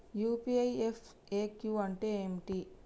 UPI FAQ అంటే ఏమిటి?